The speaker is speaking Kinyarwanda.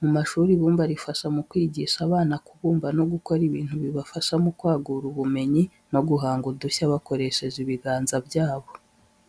Mu mashuri ibumba rifasha mu kwigisha abana kubumba no gukora ibintu bibafasha mu kwagura ubumenyi no guhanga udushya bakoresheje ibiganza byabo.